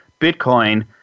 Bitcoin